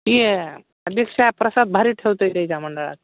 ते अध्यक्ष प्रसाद भारी ठेवतंय ते त्या मंडळात